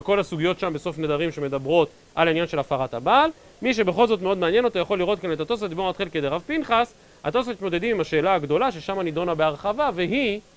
כל הסוגיות שם בסוף נדרים שמדברות על עניין של הפרת הבעל, מי שבכל זאת מאוד מעניין אותו יכול לראות כאן את התוספות דיבור המתחיל כדרב פנחס התוספות מתמודדים עם השאלה הגדולה ששמה נידונה בהרחבה והיא